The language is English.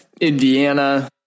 Indiana